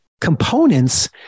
components